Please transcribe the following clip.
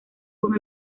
con